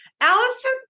Allison